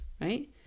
right